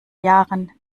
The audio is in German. jahren